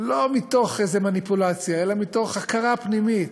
לא מתוך איזה מניפולציה, אלא מתוך הכרה פנימית,